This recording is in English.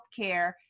healthcare